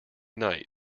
night